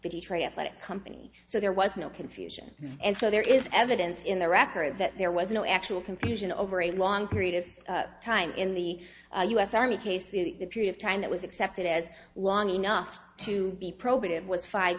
the detroit athletic company so there was no confusion and so there is evidence in the record that there was no actual confusion over a long period of time in the us army case the period of time that was accepted as long enough to be probative was five